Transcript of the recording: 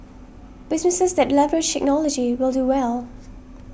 businesses that leverage technology will do well